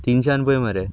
तिनशान पळय मरे